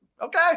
okay